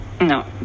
No